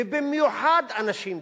ובמיוחד אנשים דתיים,